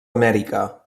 amèrica